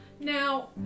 Now